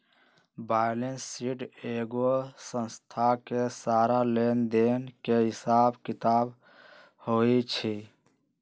balance sheet एगो संस्था के सारा लेन देन के हिसाब किताब होई छई